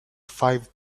five